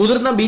മുതിർന്ന ബി